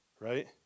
right